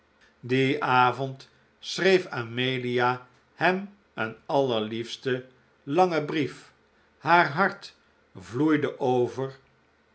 dien avond schreef amelia hem een allerliefsten langen brief haar hart vloeide overvan